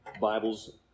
Bibles